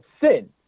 sin